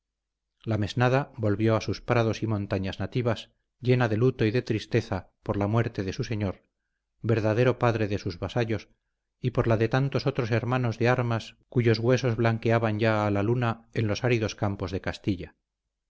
la mesnada volvió a sus prados y montañas nativas llena de luto y de tristeza por la muerte de su señor verdadero padre de sus vasallos y por la de tantos otros hermanos de armas cuyos huesos blanqueaban ya a la luna en los áridos campos de castilla